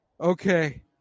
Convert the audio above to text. okay